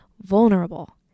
vulnerable